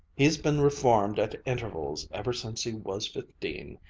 he's been reformed at intervals ever since he was fifteen.